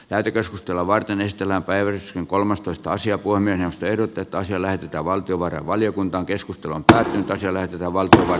käyty keskustelua varten esitellään väyrysen kolmastoista sija puomien ehdotetaan siellä pitää valtiovarainvaliokunta keskustelun tai itäiselle valtiolle